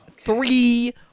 three